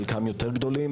חלקם יותר גדולים,